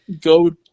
go